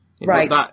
Right